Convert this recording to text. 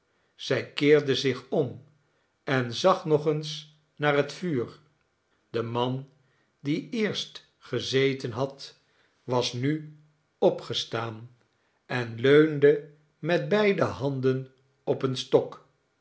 zij keerde zich om en zag nog eens naar het vuur de man die eerst gezeten had was nu opgestaan en leunde met beide handen op een stok